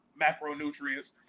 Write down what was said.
macronutrients